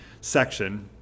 section